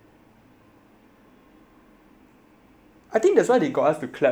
I think that's why they got us to clap mah so they can align the clap